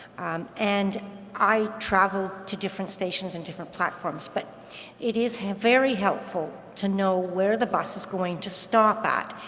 and i travel to different stations and different platforms, but it is very helpful to know where the bus is going to stop at,